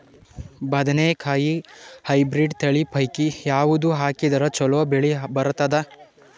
ಬದನೆಕಾಯಿ ಹೈಬ್ರಿಡ್ ತಳಿ ಪೈಕಿ ಯಾವದು ಹಾಕಿದರ ಚಲೋ ಬೆಳಿ ಬರತದ?